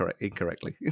incorrectly